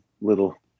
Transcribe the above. little